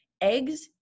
eggs